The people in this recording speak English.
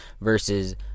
versus